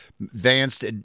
advanced